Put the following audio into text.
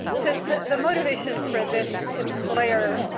the motivation for this employer,